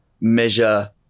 measure